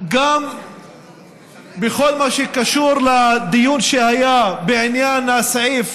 גם בכל מה שקשור לדיון שהיה בעניין הסעיף